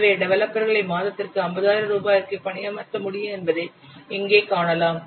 எனவே டெவலப்பர்களை மாதத்திற்கு 50000 ரூபாய்க்கு பணியமர்த்த முடியும் என்பதை இங்கே காணலாம்